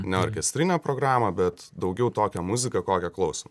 ne orkestrinę programą bet daugiau tokią muziką kokią klauso